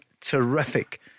terrific